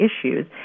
issues